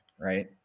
right